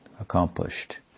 accomplished